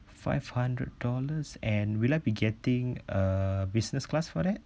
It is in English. five hundred dollars and will I be getting business class for that